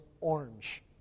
orange